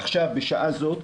עכשיו בשעה זאת,